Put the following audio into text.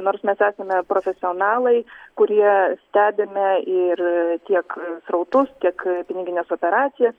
nors mes esame profesionalai kurie stebime ir tiek srautus tiek pinigines operacijas